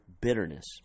bitterness